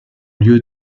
lieu